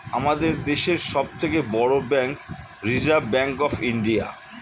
আমাদের দেশের সব থেকে বড় bank reserve bank of India